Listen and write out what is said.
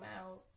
out